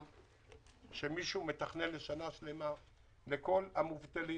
שמישהו מתכנן לשנה שלמה לכל המובטלים